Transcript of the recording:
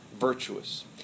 virtuous